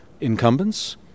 incumbents